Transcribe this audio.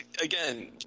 again